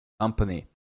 company